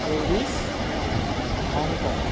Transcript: Paris Hong Kong